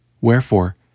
Wherefore